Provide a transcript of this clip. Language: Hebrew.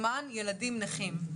למען ילדים נכים.